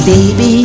Baby